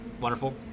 Wonderful